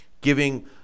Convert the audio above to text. giving